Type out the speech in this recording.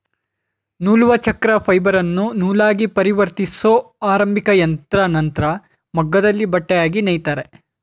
ನೂಲುವಚಕ್ರ ಫೈಬರನ್ನು ನೂಲಾಗಿಪರಿವರ್ತಿಸೊ ಆರಂಭಿಕಯಂತ್ರ ನಂತ್ರ ಮಗ್ಗದಲ್ಲಿ ಬಟ್ಟೆಯಾಗಿ ನೇಯ್ತಾರೆ